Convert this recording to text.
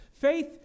Faith